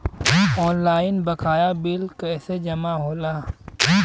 Online बकाया bill कैसे जमा होला?